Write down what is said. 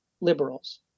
liberals